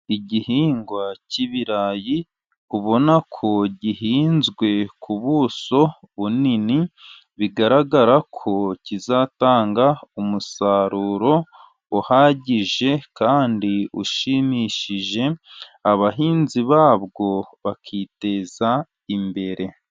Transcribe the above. Igihingwa cy'ibirayi ubona ko gihinzwe ku buso bunini bigaragara ko kizatanga umusaruro uhagije, kandi ushimishije abahinzi babwo bakiteza imbere.